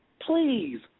please